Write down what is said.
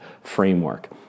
framework